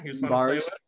Bars